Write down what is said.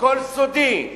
הכול סודי,